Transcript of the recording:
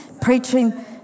preaching